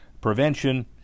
prevention